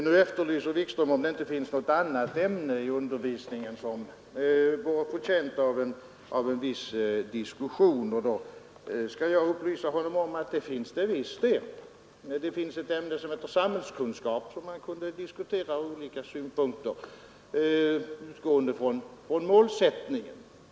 Herr Wikström undrar om det inte finns något annat ämne i undervisningen som vore förtjänt av diskussion. Jag kan upplysa honom om att det finns det visst. Det finns ett ämne som heter samhällskunskap, där man kunde diskutera en hel del utgående från målsättningen.